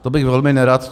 To bych velmi nerad.